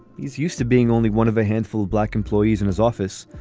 he's used to being only one of a handful of black employees in his office.